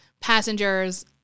passengers